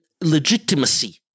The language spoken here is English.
legitimacy